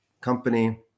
company